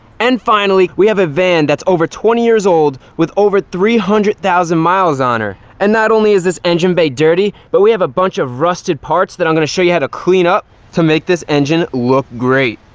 and finally we have a van that's over twenty years old with over three hundred thousand miles on her. and not only is this engine bay dirty, but we have a bunch of rusted parts that i'm going to show you how to clean up to make this engine look great.